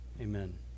amen